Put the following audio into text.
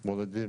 אנחנו מורידים